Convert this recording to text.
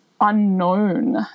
unknown